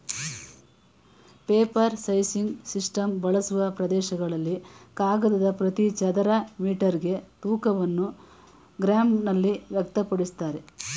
paper sizing system ಬಳಸುವ ಪ್ರದೇಶಗಳಲ್ಲಿ ಕಾಗದದ ಪ್ರತಿ ಚದರ ಮೀಟರ್ಗೆ ತೂಕವನ್ನು ಗ್ರಾಂನಲ್ಲಿ ವ್ಯಕ್ತಪಡಿಸ್ತಾರೆ